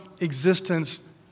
existence